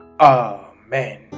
amen